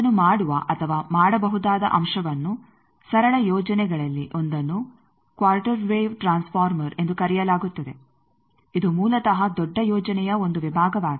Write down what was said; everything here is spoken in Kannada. ಅದನ್ನು ಮಾಡುವ ಅಥವಾ ಮಾಡಬಹುದಾದ ಅಂಶವನ್ನು ಸರಳ ಯೋಜನೆಗಳಲ್ಲಿ ಒಂದನ್ನು ಕ್ವಾರ್ಟರ್ ವೇವ್ ಟ್ರಾನ್ಸ್ ಫಾರ್ಮರ್ ಎಂದು ಕರೆಯಲಾಗುತ್ತದೆ ಇದು ಮೂಲತಃ ದೊಡ್ಡ ಯೋಜನೆಯ ಒಂದು ವಿಭಾಗವಾಗಿದೆ